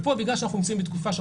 בגלל שאנחנו נמצאים בתקופה,